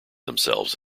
themselves